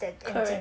correct